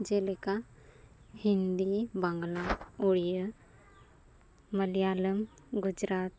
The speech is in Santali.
ᱡᱮᱞᱮᱠᱟ ᱦᱤᱱᱫᱤ ᱵᱟᱝᱞᱟ ᱩᱲᱤᱭᱟᱹ ᱢᱟᱞᱭᱟᱞᱚᱢ ᱜᱩᱡᱽᱨᱟᱴ